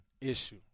issue